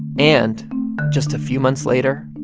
and just a few months later,